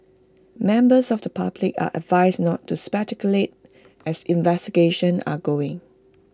members of the public are advised not to speculate as investigations are going